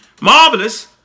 marvelous